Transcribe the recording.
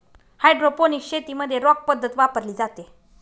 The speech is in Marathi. हायड्रोपोनिक्स शेतीमध्ये रॉक पद्धत वापरली जाते